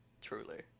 Truly